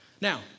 Now